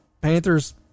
Panthers